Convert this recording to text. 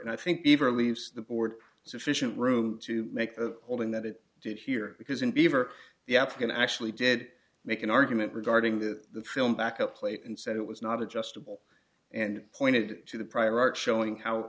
and i think beaver leaves the board sufficient room to make the owning that it did here because in beaver the african actually did make an argument regarding the film back up plate and said it was not adjustable and pointed to the prior art showing how